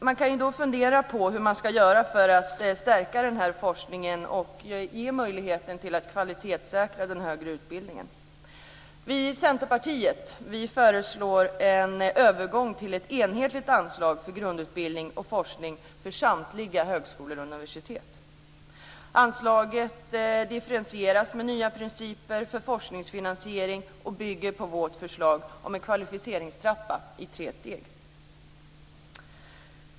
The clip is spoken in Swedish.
Man kan fundera på hur man ska göra för att stärka forskningen och ge möjligheten att kvalitetssäkra den högre utbildningen. Vi i Centerpartiet föreslår en övergång till ett enhetligt anslag för grundutbildning och forskning för samtliga högskolor och universitet. Anslaget differentieras med nya principer för forskningsfinansiering och bygger på vårt förslag om en kvalificeringstrappa i tre steg.